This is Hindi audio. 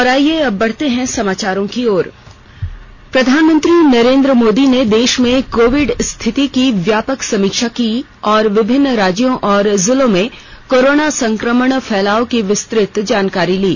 और आइए बढ़ते हैं अब समाचारों की ओर प्रधानमंत्री नरेन्द्र मोदी ने देश में कोविड स्थिति की व्यापक समीक्षा की और विभिन्न राज्यों और जिलों में कोरोना संक्रमण फैलाव की विस्तृत जानकारी ली